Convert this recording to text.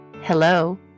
Hello